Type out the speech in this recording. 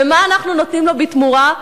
ומה אנחנו נותנים לו בתמורה,